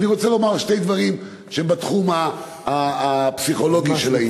אני רוצה לומר שני דברים בתחום הפסיכולוגי של העניין.